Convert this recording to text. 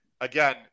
Again